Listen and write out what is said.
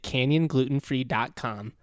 CanyonGlutenFree.com